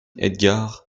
edgard